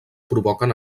provoquen